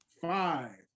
five